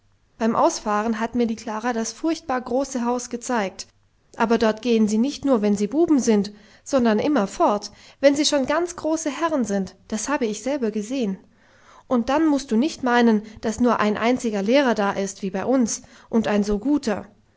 beim ausfahren hat mir die klara das furchtbar große haus gezeigt aber dort gehen sie nicht nur wenn sie buben sind sondern immerfort wenn sie schon ganz große herren sind das habe ich selber gesehen und dann mußt du nicht meinen daß nur ein einziger lehrer da ist wie bei uns und ein so guter